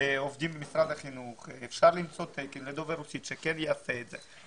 עובדים במשרד החינוך ואפשר למצוא תקן לדובר רוסית שיטפל בנושא הזה.